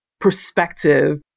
perspective